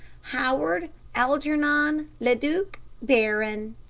howard algernon leduc barron.